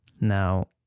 Now